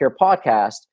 Podcast